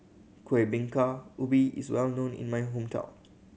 Kuih Bingka Ubi is well known in my hometown